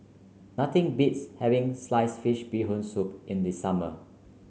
nothing beats having Sliced Fish Bee Hoon Soup in the summer